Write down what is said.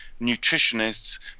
nutritionists